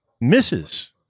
misses